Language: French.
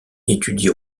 étudie